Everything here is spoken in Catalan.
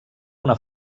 una